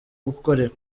gukorera